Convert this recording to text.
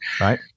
Right